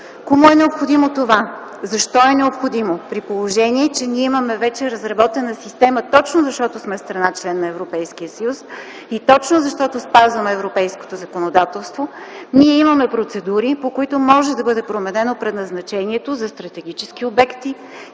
Кому е необходимо това, защо е необходимо? При положение, че ние имаме вече разработена система, точно защото сме страна – член на Европейския съюз, и точно защото спазваме европейското законодателство, ние имаме процедури, по които може да бъде променено предназначението за стратегически обекти